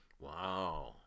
Wow